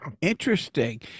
interesting